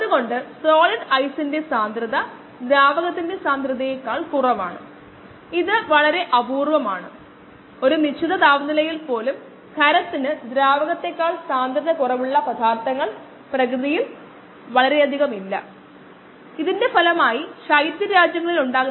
മൊത്തം എൻസൈം സാന്ദ്രത മൂന്നിരട്ടിയാണെങ്കിൽ 30 മിനിറ്റിനുശേഷം മീഡിയത്തിൽ എക്സിൻറെ വിഷാംശം അടങ്ങിയിട്ടുണ്ടോ നമ്മൾ അത് കണ്ടെത്തേണ്ടതുണ്ട്